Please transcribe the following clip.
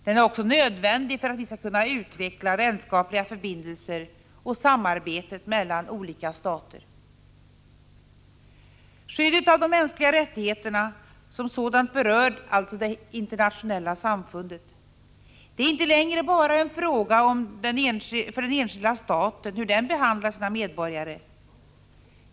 Den är också nödvändig för att vi skall kunna utveckla vänskapliga förbindelser och samarbete mellan olika stater. Skyddet av de mänskliga rättigheterna som sådant berör alltså det internationella samfundet. Det är inte längre bara en fråga för den enskilda staten hur den behandlar sina medborgare.